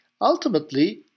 Ultimately